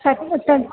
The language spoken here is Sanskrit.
ह त